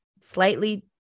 slightly